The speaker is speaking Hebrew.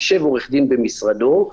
יישב עורך-דין במשרדו,